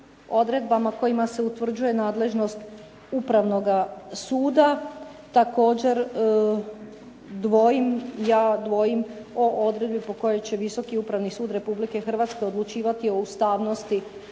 kojima se utvrđuje nadležnost upravnoga suda također ja dvojim o odredbi po kojoj će Visoki upravni sud Republike Hrvatske odlučivati o ustavnosti